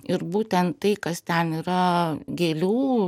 ir būtent tai kas ten yra gėlių